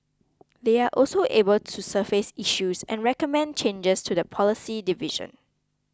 they are also able to surface issues and recommend changes to the policy division